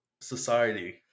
society